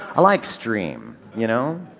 i like stream, you know?